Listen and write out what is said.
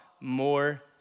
more